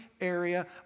area